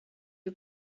you